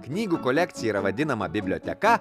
knygų kolekcija yra vadinama biblioteka